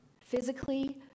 Physically